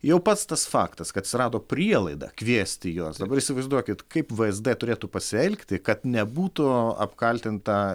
jau pats tas faktas kad atsirado prielaida kviesti juos dabar įsivaizduokit kaip vzd turėtų pasielgti kad nebūtų apkaltinta